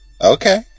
Okay